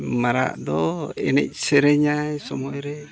ᱟᱨ ᱢᱟᱨᱟᱜ ᱫᱚ ᱮᱱᱮᱡ ᱥᱮᱨᱮᱧᱟᱭ ᱥᱚᱢᱚᱭ ᱨᱮ